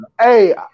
Hey